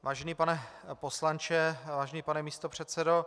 Vážený pane poslanče, vážený pane místopředsedo.